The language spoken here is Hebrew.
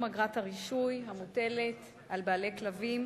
אגרת הרישוי המוטלת על בעלי כלבים,